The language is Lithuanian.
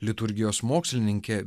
liturgijos mokslininkė